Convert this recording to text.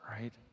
right